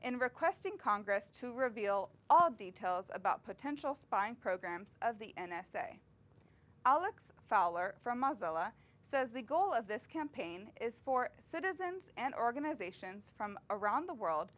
in requesting congress to reveal all details about potential spying programs of the n s a alex foller from maazel says the goal of this campaign is for citizens and organizations from around the world